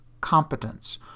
competence